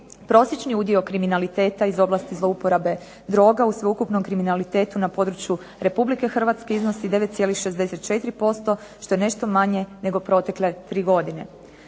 Prosječni udio kriminaliteta iz oblasti zlouporabe droga u sveukupnom kriminalitetu na području Republike Hrvatske iznosi 9,64% što je nešto manje nego protekle tri godine.